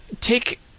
Take